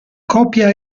coppia